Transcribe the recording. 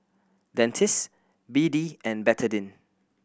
Dentiste B D and Betadine